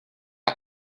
got